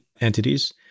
entities